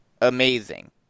amazing